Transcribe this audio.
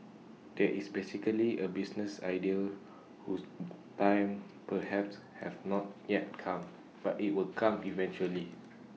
this is basically A business idea whose time perhaps has not yet come but IT will come eventually